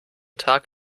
tag